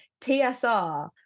TSR